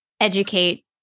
educate